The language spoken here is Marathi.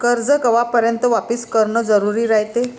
कर्ज कवापर्यंत वापिस करन जरुरी रायते?